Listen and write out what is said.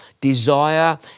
desire